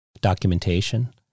Documentation